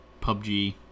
PUBG